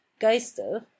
geister